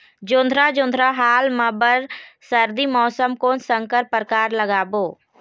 जोंधरा जोन्धरा हाल मा बर सर्दी मौसम कोन संकर परकार लगाबो?